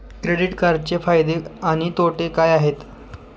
Credit कार्डचे फायदे आणि तोटे काय आहेत?